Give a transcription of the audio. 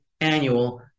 annual